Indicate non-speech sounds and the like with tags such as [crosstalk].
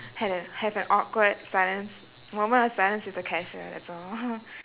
[breath] had an have an awkward silence moment of silence with the cashier that's all [laughs]